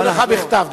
אנחנו ניתן לך בכתב.